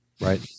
right